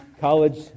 college